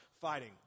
fighting